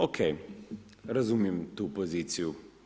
Oke, razumijem tu poziciju.